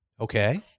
Okay